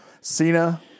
Cena